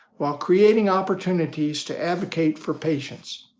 while creating opportunities to advocate for patients.